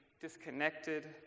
disconnected